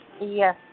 Yes